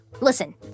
Listen